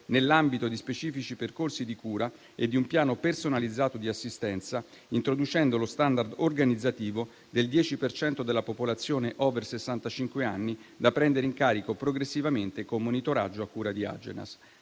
nell'ambito di specifici percorsi di cura e di un piano personalizzato di assistenza, introducendo lo *standard* organizzativo del 10 per cento della popolazione *over* sessantacinque anni, da prendere in carico progressivamente, con monitoraggio a cura dell'Agenzia